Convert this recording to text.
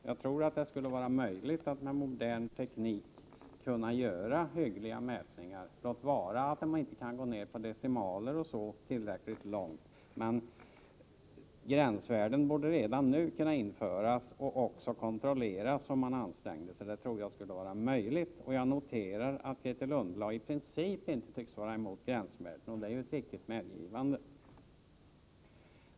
Jag tror att det med modern teknik skulle vara möjligt att göra hyggliga mätningar, låt vara att man inte kan få resultat ned till decimaler. Gränsvärde borde redan nu kunna införas och även kontrolleras, om man ansträngde sig. Det tror jag skulle vara möjligt. Jag noterar att Grethe Lundblad i princip inte tycks vara emot gränsvärde, och det är ju ett viktigt medgivande.